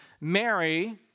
Mary